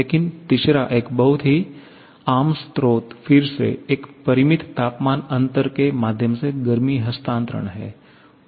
लेकिन तीसरा एक बहुत ही आम स्रोत फिर से एक परिमित तापमान अंतर के माध्यम से गर्मी हस्तांतरण है